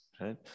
Right